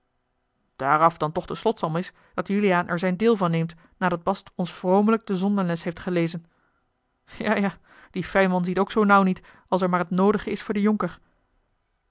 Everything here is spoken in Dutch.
daaraf dan toch de slotsom is dat juliaan er zijn deel van neemt nadat bast ons vromelijk de zondenles heeft gelezen ja ja die fijnman ziet ook zoo nauw niet als er maar het noodige is voor den jonker